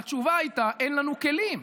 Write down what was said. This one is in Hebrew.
והתשובה הייתה: אין לנו כלים.